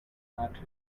matter